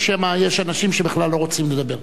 שמא יש אנשים שבכלל לא רוצים לדבר.